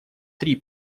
три